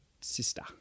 sister